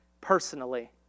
personally